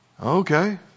Okay